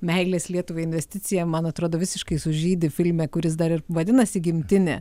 meilės lietuvai investicija man atrodo visiškai sužydi filme kuris dar ir vadinasi gimtinė